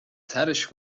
ترِش